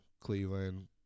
Cleveland